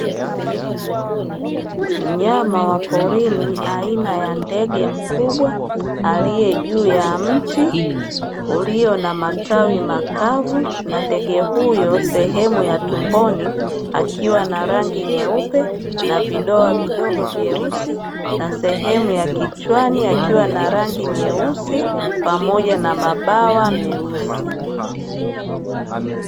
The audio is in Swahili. Mnyama wa porini aina ya ndege mkubwa, aliye juu ya mti ulio na matawi makavu, na ndege huyo sehemu ya tumboni akiwa na rangi nyeupe na vidoa vidogo vyeusi, na sehemu ya kichwani akiwa na rangi nyeusi pamoja na mabawa meusi.